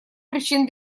причин